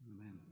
Amen